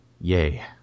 Yay